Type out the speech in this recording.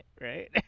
right